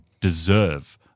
deserve